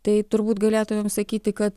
tai turbūt galėtumėm sakyti kad